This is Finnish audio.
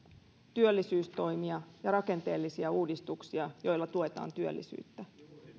työllisyystoimia ja rakenteellisia uudistuksia joilla tuetaan työllisyyttä